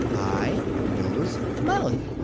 eye, nose, mouth!